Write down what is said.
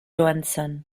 johansson